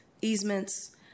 easements